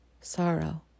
sorrow